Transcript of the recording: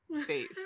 face